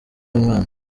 y’umwana